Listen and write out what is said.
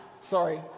Sorry